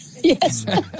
Yes